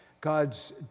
God's